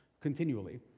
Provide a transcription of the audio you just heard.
continually